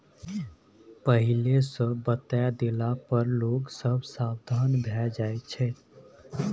पहिले सँ बताए देला पर लोग सब सबधान भए जाइ छै